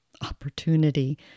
opportunity